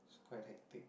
quite hectic